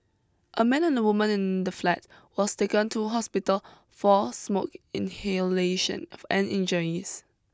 a man and a woman in the flat was taken to hospital for smoke inhalation of and injuries